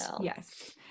yes